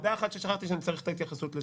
נקודה אחת ששכחתי שאני צריך התייחסות לזה.